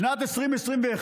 שנת 2021,